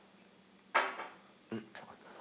mm